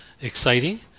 exciting